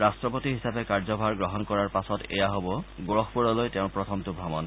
ৰট্টপতি হিচাপে কাৰ্যভাৰ গ্ৰহণ কৰাৰ পাছত এয়া হ'ব গোৰখপুৰলৈ তেওঁৰ প্ৰথমটো ভ্ৰমণ